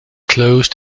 closed